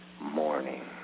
morning